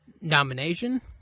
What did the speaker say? nomination